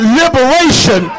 liberation